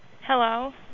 Hello